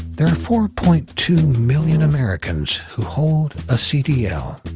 there are four point two million americans who hold a cdl.